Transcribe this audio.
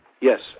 Yes